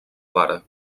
pare